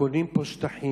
קונים פה שטחים,